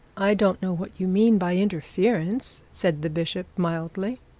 i don't know what you mean by interference said the bishop mildly.